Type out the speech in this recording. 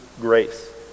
grace